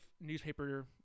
newspaper